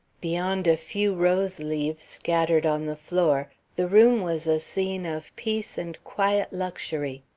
beyond a few rose leaves scattered on the floor, the room was a scene of peace and quiet luxury.